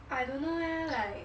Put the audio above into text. I don't know eh like